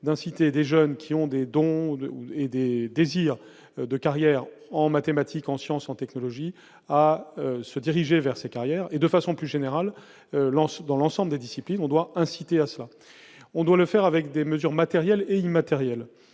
d'inciter des jeunes qui ont des dons ou de ou et des désirs de carrière en mathématiques, en sciences en technologie à se diriger vers ces carrières et de façon plus générale l'dans l'ensemble des disciplines, on doit inciter à cela, on doit le faire avec des mesures matérielles et immatérielles